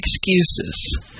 excuses